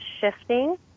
shifting